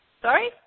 Sorry